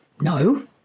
no